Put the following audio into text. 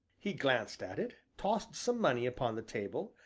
he glanced at it, tossed some money upon the table,